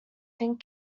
think